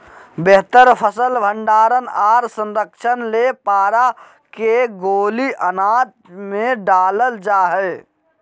बेहतर फसल भंडारण आर संरक्षण ले पारा के गोली अनाज मे डालल जा हय